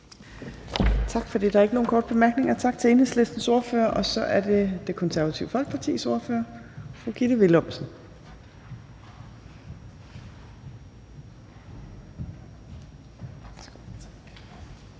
Tak for det. Der er ikke nogen korte bemærkninger. Tak til Enhedslistens ordfører. Og så er det Det Konservative Folkepartis ordfører, fru Gitte Willumsen.